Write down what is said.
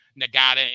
Nagata